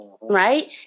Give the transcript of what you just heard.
Right